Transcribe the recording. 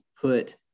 put